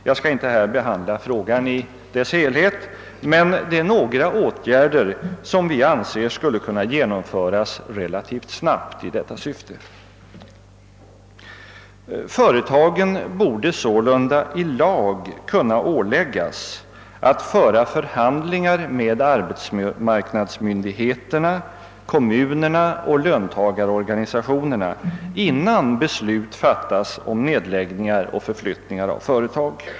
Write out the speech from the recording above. Jag skall inte här behandla problemet i dess helhet, men det finns några åtgärder som vi anser skulle kunna genomföras relativt snabbt i detta syfte. Företagen borde sålunda i lag kunna åläggas att föra förhandlingar med arbetsmarknadsmyndigheterna, kommunerna och löntagarorganisationerna innan beslut fattas om nedläggningar och förflyttningar.